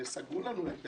סגרו לנו את